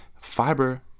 Fiber